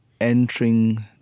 entering